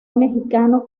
mexicano